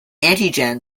antigen